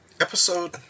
Episode